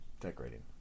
Decorating